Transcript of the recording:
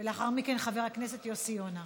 ולאחר מכן, חבר הכנסת יוסי יונה.